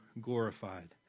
glorified